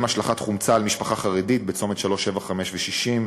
ובהם שפיכת חומצה על משפחה חרדית בצומת 375 ו-60,